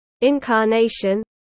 Incarnation